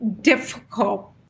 difficult